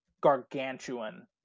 gargantuan